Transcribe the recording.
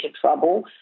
trouble